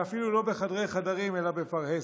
ואפילו לא בחדרי-חדרים אלא בפרהסיה,